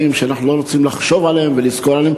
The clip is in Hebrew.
שאנחנו לא רוצים לחשוב עליהם ולזכור אותם,